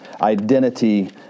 identity